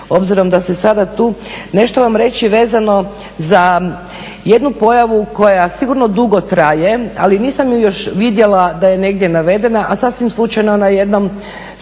obzirom da ste sada tu nešto vam reći vezano za jednu pojavu koja sigurno dugo traje, ali nisam je vidjela da je negdje navedena, a sasvim slučajno na jednom skupu